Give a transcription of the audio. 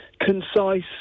concise